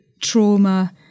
trauma